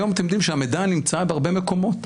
היום, אתם יודעים שהמידע נמצא בהרבה מקומות.